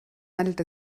handelt